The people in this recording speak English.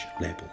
label